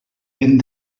vent